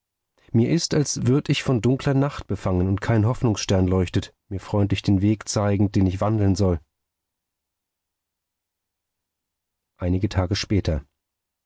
mir ist als würd ich von dunkler nacht befangen und kein hoffnungsstern leuchte mir freundlich den weg zeigend den ich wandeln soll einige tage später